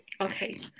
okay